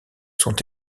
sont